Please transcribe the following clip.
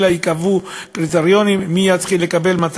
אלא ייקבעו קריטריונים מי יתחיל לקבל את הטיפול,